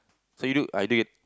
so you do I did